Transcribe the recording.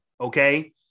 okay